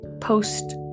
post